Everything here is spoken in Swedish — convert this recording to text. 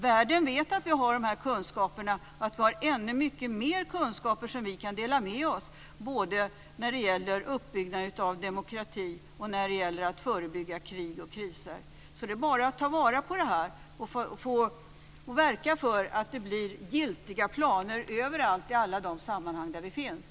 Världen vet att vi har dessa kunskaper och att vi har ännu mycket mer kunskaper som vi kan dela med oss av, både när det gäller uppbyggnad av demokrati och när det gäller att förebygga krig och kriser. Så det är bara att ta vara på detta och verka för att det blir giltiga planer överallt i alla de sammanhang där vi finns.